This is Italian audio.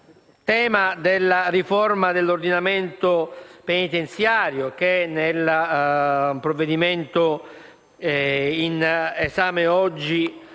tema della riforma dell'ordinamento penitenziario, che nel provvedimento oggi